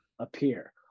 Appear